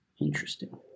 Interesting